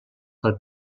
per